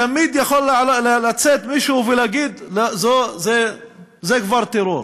תמיד יכול לצאת מישהו ולהגיד שזה כבר טרור,